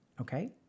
Okay